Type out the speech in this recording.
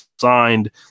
signed